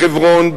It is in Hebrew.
בחברון,